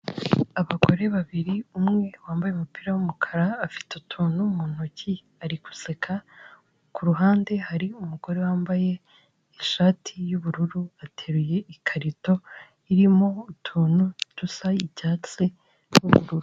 Abagore babiri, umwe wambaye umupira w'umukara afite utuntu mu ntoki ari guseka, ku ruhande hari umugore wambaye ishati y'ubururu, ateruye ikarito irimo utuntu dusa icyatsi n'ubururu.